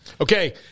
Okay